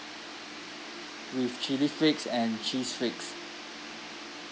with chili flakes and cheese flakes